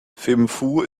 thimphu